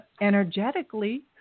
energetically